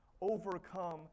overcome